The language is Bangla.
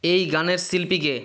এই গানের শিল্পী কে